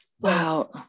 Wow